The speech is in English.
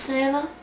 Santa